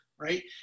Right